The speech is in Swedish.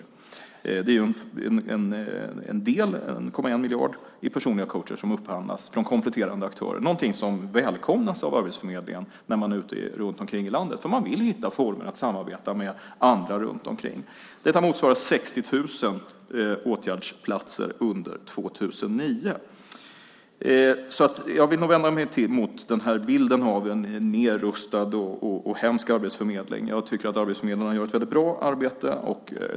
En del av det - det rör sig om 1,1 miljard till personliga coacher - upphandlas från kompletterande aktörer. Detta är någonting som välkomnas av Arbetsförmedlingen när man är ute på besök runt om i landet. Man vill hitta former för att samarbeta med andra runt omkring. Detta motsvarar 60 000 åtgärdsplatser under år 2009. Jag vill nog vända mig mot bilden här av en nedrustad och hemsk Arbetsförmedling och tycker att arbetsförmedlarna gör ett väldigt bra arbete.